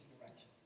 direction